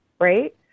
right